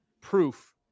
proof